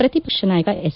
ಪ್ರತಿ ಪಕ್ಷ ನಾಯಕ ಎಸ್